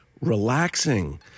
relaxing